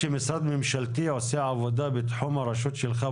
שמשרד ממשלתי עושה עבודה בתחום הרשות שלך,